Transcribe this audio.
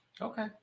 Okay